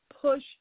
push